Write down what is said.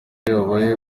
yabaye